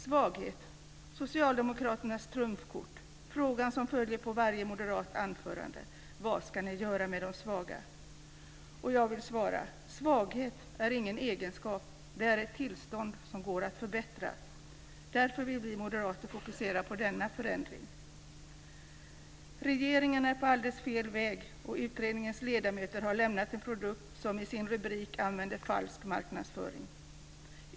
Svaghet är socialdemokraternas trumfkort, och frågan som följer på varje moderat anförande är: Vad ska ni göra med de svaga? Jag vill svara: Svaghet är ingen egenskap. Det är ett tillstånd som går att förbättra. Därför vill vi moderater fokusera denna förändring. Regeringen är på alldeles fel väg, och utredningens ledamöter har lämnat en produkt där man i sin rubrik använder falsk marknadsföring.